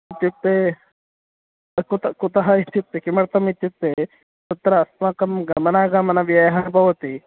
इत्युक्ते कु कुतः इत्युक्ते किमर्थम् इत्युक्ते तत्र अस्माकं गमनागमनव्ययः भवति